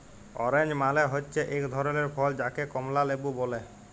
orange মালে হচ্যে এক ধরলের ফল যাকে কমলা লেবু ব্যলে